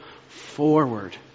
forward